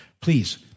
please